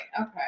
okay